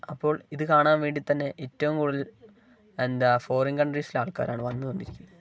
അപ്പോൾ ഇതു കാണാൻ വേണ്ടി തന്നെ എറ്റവും കൂടുതൽ എന്താ ഫോറിൻ കൺട്രീസിലാൾക്കാരാണ് വന്നു കൊണ്ടിരിക്കുന്നത്